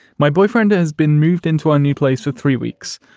my boyfriend has been moved into a new place for three weeks.